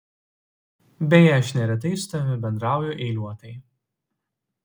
beje aš neretai su tavimi bendrauju eiliuotai